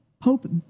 Pope